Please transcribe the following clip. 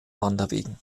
wanderwegen